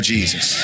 Jesus